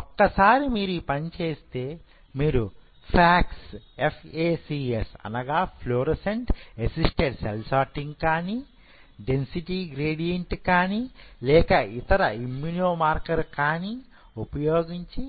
ఒకసారి మీరు ఈ పని చేస్తే మీరు FACS కానీ డెన్సిటీ గ్రేడియంట్ లేక ఏదైనా ఇతర ఇమ్మ్యునో మార్కర్ కానీ ఉపయోగించి